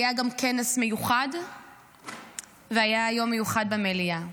היה גם כנס מיוחד והיה יום מיוחד במליאה.